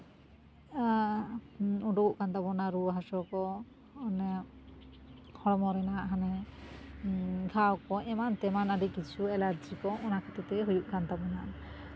ᱩᱰᱩᱠᱚᱜ ᱠᱟᱱ ᱛᱟᱵᱳᱱᱟ ᱨᱩᱣᱟᱹ ᱦᱟᱹᱥᱩ ᱠᱚ ᱚᱱᱟ ᱦᱚᱲᱢᱚ ᱨᱮᱱᱟᱜ ᱦᱟᱱᱮ ᱜᱷᱟᱣ ᱠᱚ ᱮᱢᱟᱱ ᱛᱮᱢᱟᱱ ᱟᱹᱰᱤ ᱠᱤᱪᱷᱩ ᱮᱞᱟᱨᱡᱤ ᱠᱚ ᱚᱱᱟ ᱠᱷᱟᱹᱛᱤᱨ ᱛᱮᱜᱮ ᱦᱩᱭᱩᱜ ᱠᱟᱱ ᱛᱟᱵᱳᱱᱟ